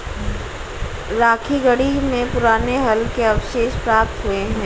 राखीगढ़ी में पुराने हल के अवशेष प्राप्त हुए हैं